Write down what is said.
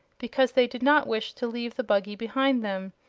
because they did not wish to leave the buggy behind them.